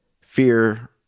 fear